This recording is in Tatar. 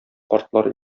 картлар